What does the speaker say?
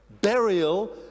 burial